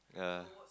yeah